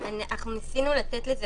ניסינו לתת לזה